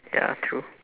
ya true